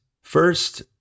first